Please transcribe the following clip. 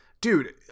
dude